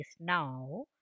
now